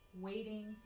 waiting